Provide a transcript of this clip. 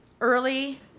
early